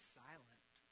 silent